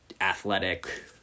athletic